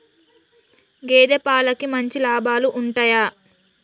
గేదే పాలకి మంచి లాభాలు ఉంటయా?